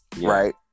Right